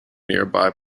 nearby